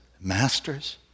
masters